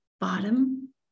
bottom